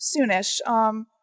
soonish